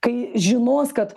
kai žinos kad